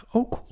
ook